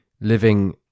living